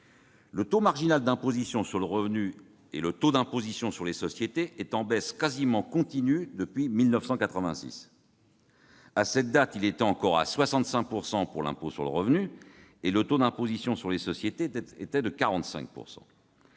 Le taux marginal d'imposition sur le revenu et le taux d'imposition sur les sociétés sont en baisse quasi continue depuis 1986. À cette date, il était encore à 65 % pour l'impôt sur le revenu, tandis que le taux d'imposition sur les sociétés était de 45 %.